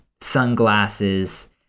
sunglasses